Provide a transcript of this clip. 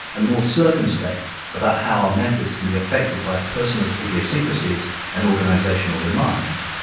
and more circumspect about how our methods can be affected by personal idiosyncrasies and organisational demands,